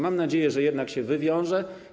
Mam nadzieję, że jednak się wywiąże.